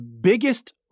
biggest